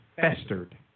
festered